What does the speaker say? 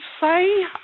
say